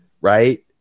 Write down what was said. Right